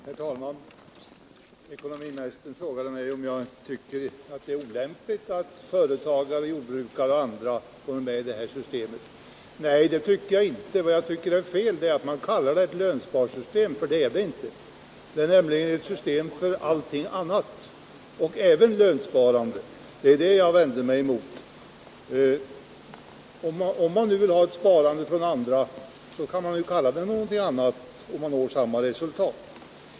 Herr talman! Ekonomiministern frågade mig om jag tycker det är olämpligt att företagare, jordbrukare och andra går med i detta system. Nej, det tycker jag inte. Vad jag tycker är fel är att man kallar det lönsparsystem, för det är det inte. Det är nämligen ett system för allting annat också. Det var det jag vände mig mot. Om man vill ha ett sparande från andra kan man kalla det någonting annat och nå samma resultat.